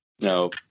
No